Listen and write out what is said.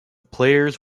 players